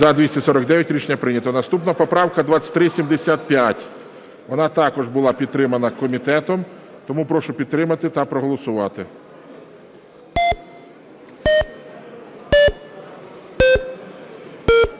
За-249 Рішення прийнято. Наступна поправка 2375. Вона також була підтримана комітетом. Тому прошу підтримати та проголосувати.